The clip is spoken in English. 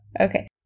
Okay